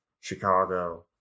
Chicago